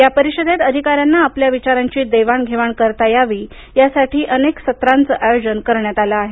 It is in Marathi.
या परिषदेत अधिकाऱ्यांना आपल्या विचारांची देवाणघेवाण करता यावी यासाठी अनेक सत्रांचे आयोजन करण्यात आलं आहे